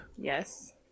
Yes